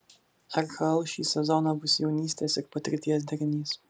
rkl šį sezoną bus jaunystės ir patirties derinys